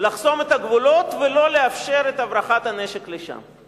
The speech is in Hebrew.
לחסום את הגבולות ולא לאפשר את הברחת הנשק לשם.